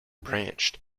branched